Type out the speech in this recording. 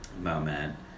moment